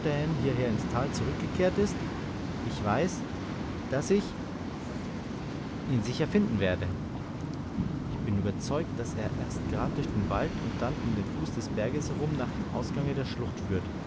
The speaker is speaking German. hierher ins tal zurückgekehrt ist ich weiß daß ich ihn sicher finden werde ich bin überzeugt daß er erst grad durch den wald und dann um den fuß des berges herum nach dem ausgange der schlucht führt